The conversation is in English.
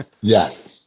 Yes